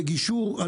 לגישור,